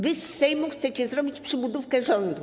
Wy z Sejmu chcecie zrobić przybudówkę rządu.